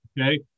Okay